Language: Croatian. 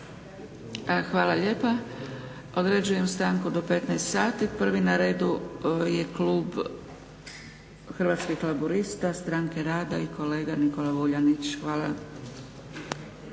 Hvala lijepa. Određujem stanku do 15,00 sati. Prvi na redu je klub Hrvatskih laburista – stranke rada i kolega Nikola Vuljanić. Hvala.